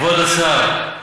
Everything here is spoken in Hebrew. כבוד השר,